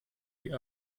die